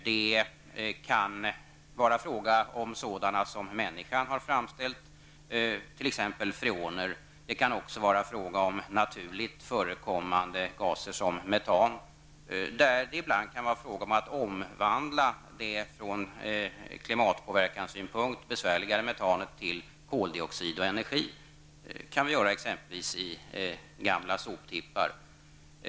Det kan vara fråga om sådana som människan har framställt t.ex. freoner. Det kan även vara fråga om naturligt förekommande gaser som metan. Där kan det ibland vara fråga om att omvandla det från klimatpåverkanssynpunkt besvärligare metanet till koldioxid och energi. Det kan vi göra exempelvis i gamla soptippar.